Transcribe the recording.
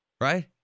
right